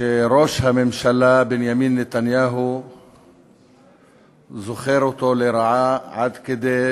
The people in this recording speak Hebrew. שראש הממשלה בנימין נתניהו זוכר אותו לרעה, עד כדי